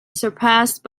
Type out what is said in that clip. surpassed